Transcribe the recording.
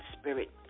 spirit